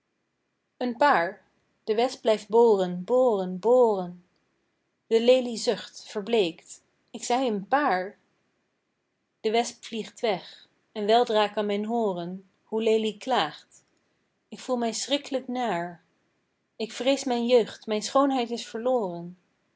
een paar de wesp blijft boren boren boren de lelie zucht verbleekt ik zei een paar de wesp vliegt weg en weldra kan men hooren hoe lelie klaagt ik voel mij schriklijk naar ik vrees mijn jeugd mijn schoonheid is verloren